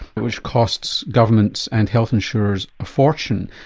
which costs governments and health insurers a fortune,